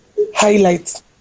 highlights